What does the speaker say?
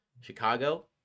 Chicago